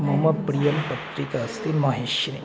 मम प्रियं पत्रिका अस्ति माहेश्रि